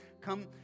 come